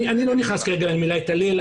אני לא נכנס כרגע למילה 'להתעלל',